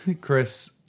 Chris